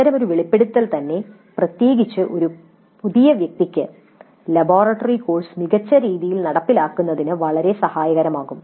അത്തരമൊരു വെളിപ്പെടുത്തൽ തന്നെ പ്രത്യേകിച്ച് ഒരു പുതിയ വ്യക്തിക്ക് ലബോറട്ടറി കോഴ്സ് മികച്ച രീതിയിൽ നടപ്പിലാക്കുന്നതിന് വളരെ സഹായകരമാകും